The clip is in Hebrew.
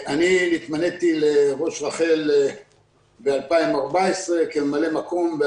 אני נתמניתי לראש רח"ל ב-2014 כממלא מקום,